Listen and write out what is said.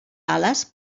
ales